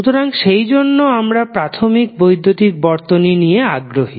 সুতরাং সেইজন্য আমরা প্রাথমিক বৈদ্যুতিক বর্তনী নিয়ে আগ্রহী